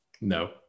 no